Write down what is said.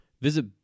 Visit